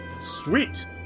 Sweet